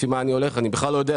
לפי מה אני הולך ואני בכלל לא יודע.